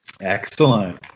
Excellent